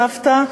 סבתא,